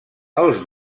els